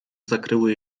zakryły